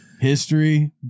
History